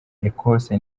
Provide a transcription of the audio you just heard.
ecosse